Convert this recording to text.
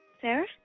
Sarah